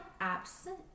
absent